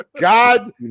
God